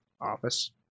office